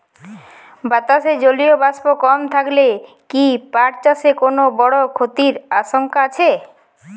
বাতাসে জলীয় বাষ্প কম থাকলে কি পাট চাষে কোনো বড় ক্ষতির আশঙ্কা আছে?